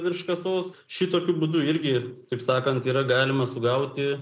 virš kasos šitokiu būdu irgi taip sakant yra galima sugauti